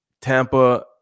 Tampa